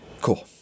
Cool